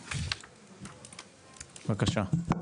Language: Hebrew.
בבקשה.